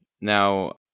Now